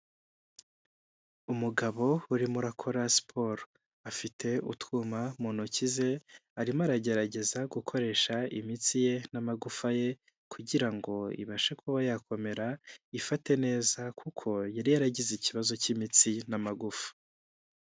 Umugabo urimo urakora siporo, afite utwuma mu ntoki ze, arimo aragerageza gukoresha imitsi ye n'amagufa ye kugira ngo ibashe kuba yakomera, ifate neza kuko yari yaragize ikibazo cy'imitsi n'amagufa.